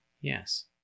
Yes